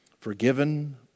Forgiven